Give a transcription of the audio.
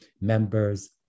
members